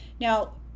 now